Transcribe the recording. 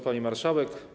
Pani Marszałek!